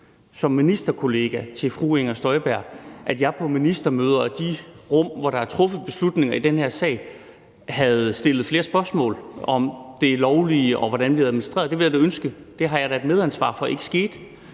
som ministerkollega til fru Inger Støjberg på ministermøder og i de rum, hvor der er truffet beslutninger i den her sag, havde stillet flere spørgsmål om det lovlige og om, hvordan vi administrerede – det ville jeg da ønske. Det har jeg da et medansvar for ikke skete,